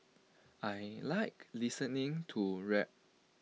I Like listening to rap